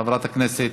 חברת הכנסת